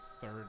third